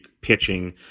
pitching